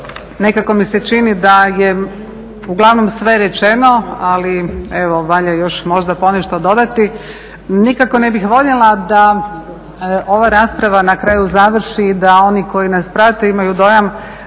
Nekako mi se čini da je uglavnom sve rečeno ali evo valja još možda ponešto dodati. Nikako ne bih voljela da ova rasprava na kraju završi i da oni koji nas prate imaju dojam